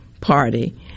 party